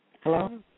Hello